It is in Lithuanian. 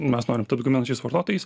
mes norim tapt gaminančiais vartotojais